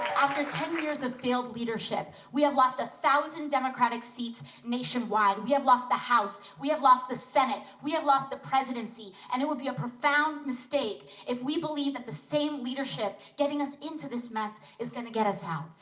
after ten years of failed leadership, we have lost one thousand democratic seats nationwide. we have lost the house, we have lost the senate, we have lost the presidency, and it would be a profound mistake if we believe that the same leadership getting us into this mess is gonna get us out.